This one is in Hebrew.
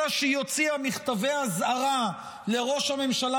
אלא שהיא הוציאה מכתבי אזהרה לראש הממשלה